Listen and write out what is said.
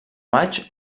maig